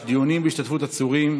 לחלופין, של קבוצת ימינה,